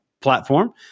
platform